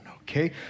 okay